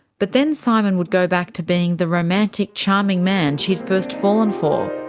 but then simon would go back to being the romantic, charming man she'd first fallen for.